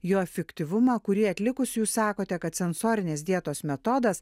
jo efektyvumą kurį atlikus jūs sakote kad sensorinės dietos metodas